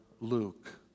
Luke